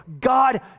God